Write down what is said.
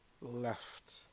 left